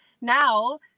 now